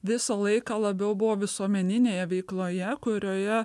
visą laiką labiau buvo visuomeninėje veikloje kurioje